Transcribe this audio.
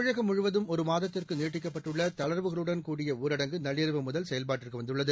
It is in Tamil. தமிழகம் முழுவதும் ஒரு மாதத்திற்கு நீட்டிக்கப்பட்டுள்ள தளர்வுகளுடன் கூடிய ஊரடங்கு நள்ளிரவு முதல் செயல்பாட்டுக்கு வந்துள்ளது